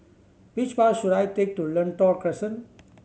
which bus should I take to Lentor Crescent